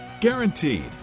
Guaranteed